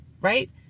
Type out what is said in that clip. right